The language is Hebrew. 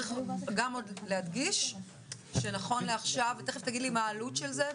עוד מעט תגיד לי מה העלות של זה.